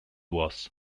was